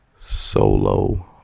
solo